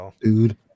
Dude